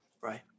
right